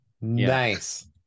Nice